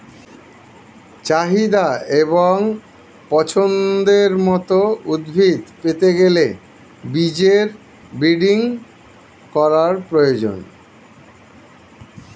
চাহিদা এবং পছন্দের মত উদ্ভিদ পেতে গেলে বীজের ব্রিডিং করার প্রয়োজন